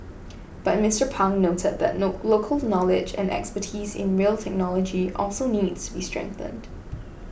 but Mister Pang noted that local knowledge and expertise in rail technology also needs be strengthened